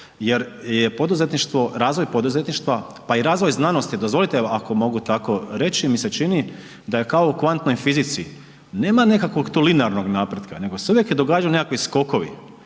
jer je poduzetništvo, razvoj poduzetništva, pa i razvoj znanosti dozvolite ako mogu tako reći mi se čini da je kao u kvantnoj fizici, nema nekakvog tu linearnog napretka, nego se uvijek događaju nekakvi skokovi,